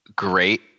great